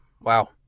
wow